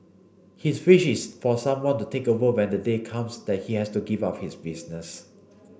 his wish is for someone to take over when the day comes that he has to give up his business